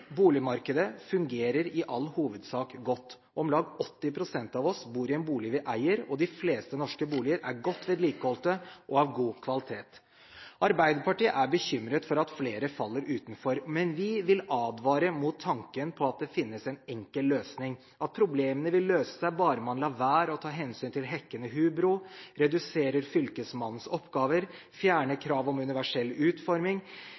boligmarkedet fungerer i all hovedsak godt. Om lag 80 pst. av oss bor i en bolig vi eier, og de fleste norske boliger er godt vedlikeholdt og har god kvalitet. Arbeiderpartiet er bekymret for at flere faller utenfor, men vi vil advare mot tanken om at det finnes en enkel løsning – at problemene vil løse seg bare man lar være å ta hensyn til hekkende hubro, reduserer fylkesmannens oppgaver, fjerner krav om universell utforming,